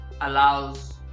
allows